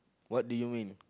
what do you mean